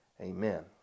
Amen